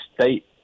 state